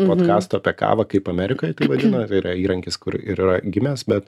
podkasto apie kavą kaip amerikoj vadina tai yra įrankis kur ir yra gimęs bet